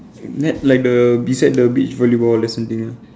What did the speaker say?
net like the beside the beach volleyball lesson thing ah